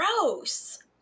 gross